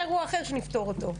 אבל זה אירוע אחר שנפתור אותו.